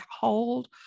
hold